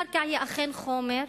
הקרקע היא אכן חומר,